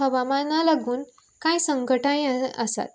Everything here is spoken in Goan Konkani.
हवामाना लागून कांय संकटांय आसात